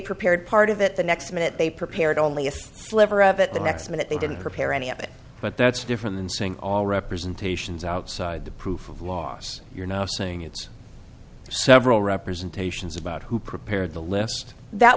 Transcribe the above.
prepared part of it the next minute they prepared only a sliver of it the next minute they didn't prepare any of it but that's different than saying all representations outside the proof of loss you're now saying it's several representations about who prepared the list that